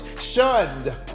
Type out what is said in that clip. shunned